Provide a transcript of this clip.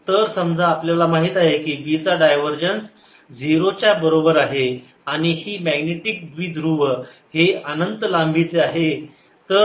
तर समजा आपल्याला माहित आहे की B चा डायव्हरजन्स बरोबर आहे 0 च्या आणि हे मॅग्नेटिक द्विध्रुव हे अनंत लांबीचे आहे